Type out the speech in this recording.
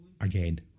Again